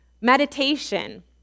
Meditation